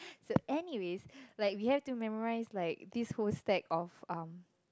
so anyways like we had to memorise like this whole stack of um